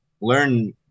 learn